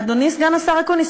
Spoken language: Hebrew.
אדוני סגן השר אקוניס,